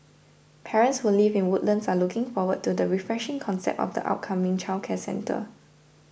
parents who live in Woodlands are looking forward to the refreshing concept of the upcoming childcare centre